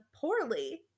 poorly